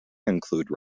include